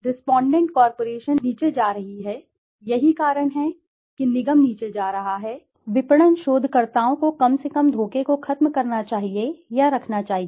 respondent cooperation नीचे जा रही है यही कारण है कि मैंने शुरुआत की निगम नीचे जा रहा है विपणन शोधकर्ताओं को कम से कम धोखे को खत्म करना चाहिए या रखना चाहिए